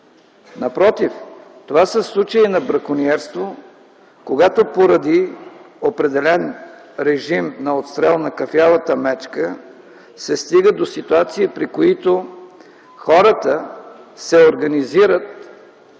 Напротив, това са случаи на бракониерство, когато поради определен режим на отстрел на кафявата мечка се стига до ситуации, при които хората се организират,